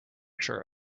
sure